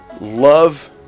Love